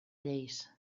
lleis